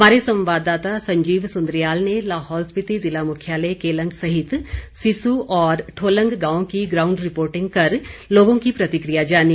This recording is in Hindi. हमारे संवाददाता संजीव सुन्द्रियाल ने लाहौल स्पिति ज़िला मुख्यालय केलंग सहित सिस्सु और ठोलंग गांव की ग्राउंड रिपोर्टिंग कर लोगों की प्रतिक्रिया जानी